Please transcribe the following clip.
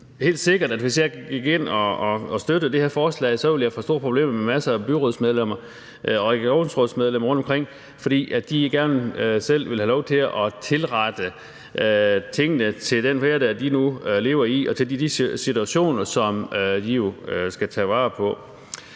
helt sikkert, at jeg, hvis jeg gik ind og støttede det her forslag, så ville få store problemer med masser af byrådsmedlemmer og regionsrådsmedlemmer rundtomkring, fordi de gerne selv vil have lov til at tilrette tingene til den hverdag, som de nu lever i, og til de situationer, som de jo skal tage vare på.